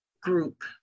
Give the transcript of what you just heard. group